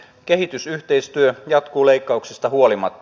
kehitysyhteistyö jatkuu leikkauksista huolimatta